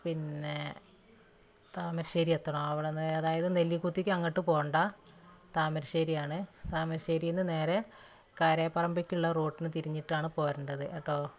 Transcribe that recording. പിന്നെ താമരശ്ശേരി എത്തണം അവിടുന്ന് അതായത് നെല്ലികുത്തിക്ക് അങ്ങോട്ട് പോകണ്ട താമരശ്ശേരിയാണ് താമരശേരിയില്നിന്ന് നേരെ കാരേപറമ്പിക്കുള്ള റോട്ടിന് തിരിഞ്ഞിട്ടാണ് പോരണ്ടത് കേട്ടോ